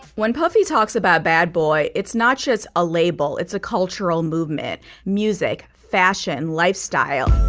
when puffy talks about bad boy. it's not just a label. it's a cultural movement music fashion and lifestyle.